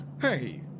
Hey